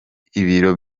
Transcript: ibiro